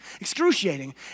excruciating